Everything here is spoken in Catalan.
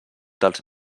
dels